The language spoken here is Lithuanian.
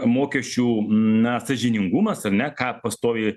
mokesčių na sąžiningumas ar ne ką pastoviai